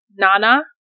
Nana